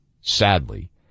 sadly